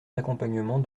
d’accompagnement